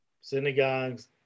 synagogues